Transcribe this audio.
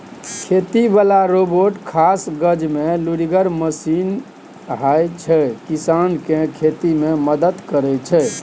खेती बला रोबोट खास काजमे लुरिगर मशीन होइ छै किसानकेँ खेती मे मदद करय छै